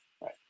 Right